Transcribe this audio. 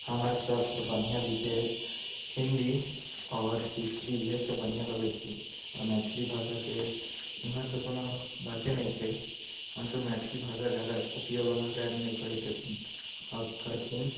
हमर सभसँ बढ़िआँ विषय हिन्दी आओर हिस्ट्री इएहसभ बढ़िआँ लगै छै आओर मैथिली भाषाके एम्हर तऽ कोनो बाते नहि छै हमसभ मैथिली भाषा ज्यादा उपयोग एम्हरका आदमी नहि करैत छथिन आओर करथिन